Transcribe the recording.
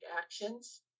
actions